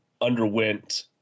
underwent